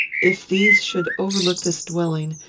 if these should overlook this dwelling,